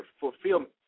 Fulfillment